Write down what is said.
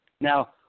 now